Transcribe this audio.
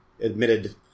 admitted